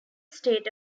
state